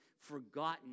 forgotten